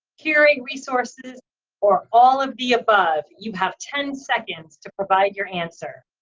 curate resources or all of the above. you have ten seconds to provide your answer.